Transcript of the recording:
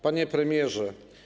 Panie Premierze!